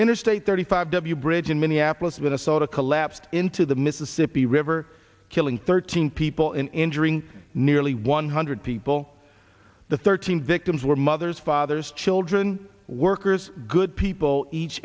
interstate thirty five w bridge in minneapolis minnesota collapsed into the mississippi river killing thirteen people in injuring nearly one hundred people the thirteen victims were mothers fathers children workers good people each